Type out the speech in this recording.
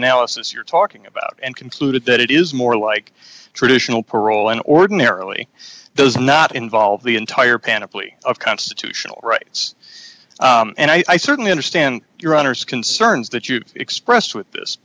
analysis you're talking about and concluded that it is more like traditional parole and ordinarily those not involve the entire panel plea of constitutional rights and i certainly understand your honour's concerns that you expressed with this